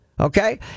Okay